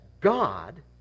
God